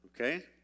Okay